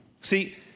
See